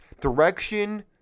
direction